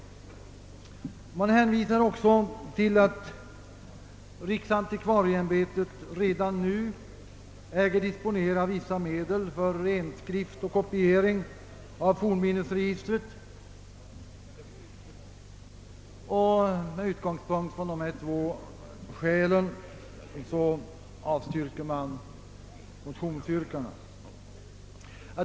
Utskottet hänvisar också till att riksantikvarieämbetet redan nu äger disponera vissa medel för renskrift och kopiering av fornminnesregistret. Med utgångspunkt från dessa två skäl avstyrker man motionsyrkandena.